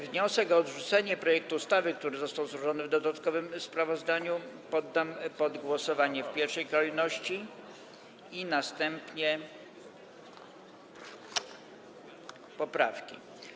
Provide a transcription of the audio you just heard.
Wniosek o odrzucenie projektu ustawy, który został zgłoszony w dodatkowym sprawozdaniu, poddam pod głosowanie w pierwszej kolejności, następnie poprawki.